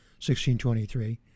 1623